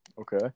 Okay